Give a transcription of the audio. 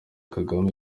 kagame